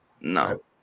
No